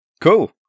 Cool